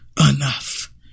enough